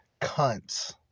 cunts